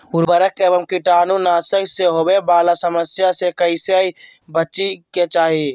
उर्वरक एवं कीटाणु नाशक से होवे वाला समस्या से कैसै बची के चाहि?